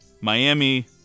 Miami